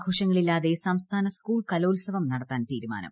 ആഘോഷങ്ങളില്ലാതെ സംസ്ഥാന സ്കൂൾ കലോൽസവം നടത്താൻ തീരുമാനം